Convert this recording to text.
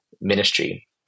ministry